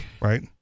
right